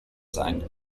sein